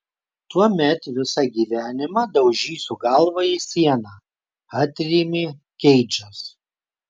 tuomet visą gyvenimą daužysiu galvą į sieną atrėmė keidžas